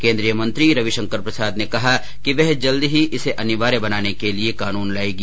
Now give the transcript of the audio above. केन्द्रीय मंत्री रवि शंकर प्रसाद ने कहा कि वह जल्द ही इसे अनिवार्य बनाने के लिए कानून लाएगी